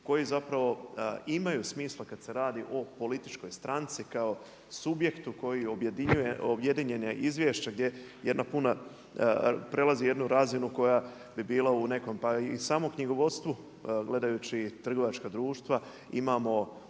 koji zapravo imaju smisla kad se radi o političkoj stranci kao subjektu koji objedinjuje, objedinjeno izvješće gdje je jedna puna, prelazi jednu razinu koja bi bila u nekom, pa i samom knjigovodstvu. Gledajući trgovačka društva imamo složeno,